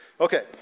Okay